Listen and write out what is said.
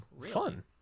fun